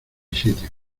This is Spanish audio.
sitio